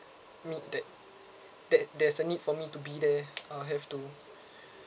need that that there's a need for me to be there I have to